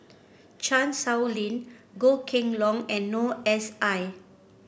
Chan Sow Lin Goh Kheng Long and Noor S I